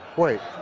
wait.